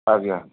ଆଜ୍ଞା